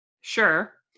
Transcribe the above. sure